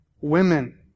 Women